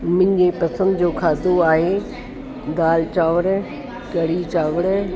मुंहिंजे पसंदि जो खाधो आहे दाल चांवर कढ़ी चांवर